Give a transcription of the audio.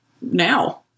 now